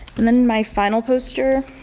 and then my final poster.